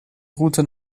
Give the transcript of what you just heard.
route